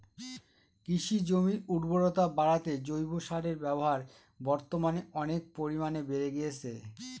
কৃষিজমির উর্বরতা বাড়াতে জৈব সারের ব্যবহার বর্তমানে অনেক পরিমানে বেড়ে গিয়েছে